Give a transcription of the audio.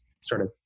started